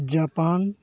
Japan